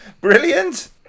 Brilliant